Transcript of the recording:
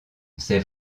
c’est